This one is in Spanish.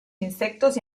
insectos